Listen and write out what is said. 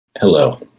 Hello